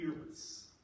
fearless